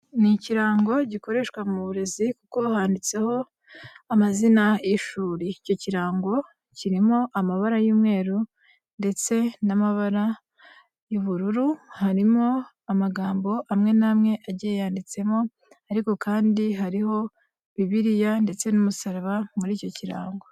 Ni ikirango gikoreshwa mu burezi kuko handitseho amazina y'ishuri. Icyo kirango kirimo amabara y'umweru ndetse n'amabara y'ubururu, harimo amagambo amwe n'amwe agiye yanditsemo ariko kandi hariho bibiliya ndetse n'umusaraba muri icyo kirango.